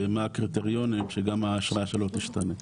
מה הקריטריונים שגם האשרה שלו תשתנה.